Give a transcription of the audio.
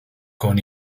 con